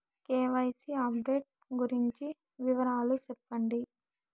KYC update గురించి వివరాలు సెప్పండి?